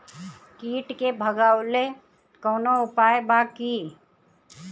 कीट के भगावेला कवनो उपाय बा की?